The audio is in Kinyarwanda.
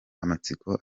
amatsiko